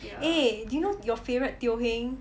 eh do you know your favourite teo heng